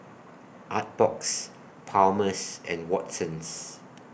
Artbox Palmer's and Watsons